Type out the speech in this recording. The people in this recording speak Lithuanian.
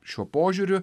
šiuo požiūriu